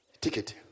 Ticket